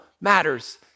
matters